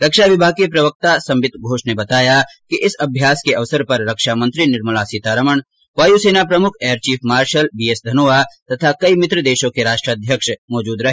रक्षा विभाग के प्रवक्ता संबित घोष ने बताया कि इस अभ्यास के अवसर पर रक्षा मंत्री निर्मला सीतारमण वायु सेना प्रमुख air chief marshal B S Dhanoa तथा कई मित्र देशों के राष्ट्र अध्यक्ष मौजूद रहे